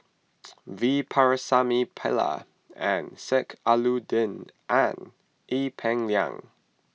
V Pakirisamy Pillai and Sheik Alauddin and Ee Peng Liang